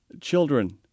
Children